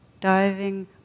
Diving